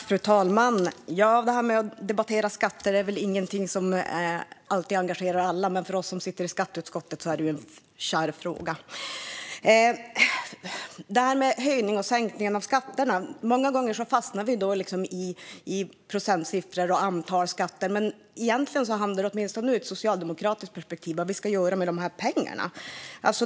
Fru talman! Det här med att debattera skatter är väl ingenting som alltid engagerar alla, men för oss som sitter i skatteutskottet är det ju en kär fråga. När det gäller höjning och sänkning av skatter fastnar vi många gånger i procentsiffror och antal skatter, men egentligen handlar det, åtminstone ur ett socialdemokratiskt perspektiv, om vad vi ska göra med pengarna.